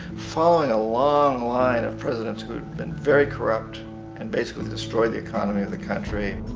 following a long line of presidents who'd been very corrupt and basically destroyed the economy of the country.